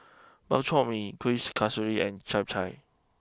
Bak Chor Mee Kuih Kasturi and Chap Chai